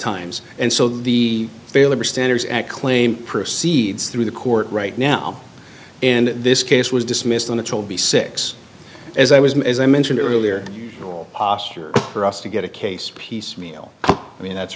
times and so the fair labor standards act claim proceeds through the court right now and this case was dismissed on the troll b six as i was as i mentioned earlier posture for us to get a case piecemeal i mean that's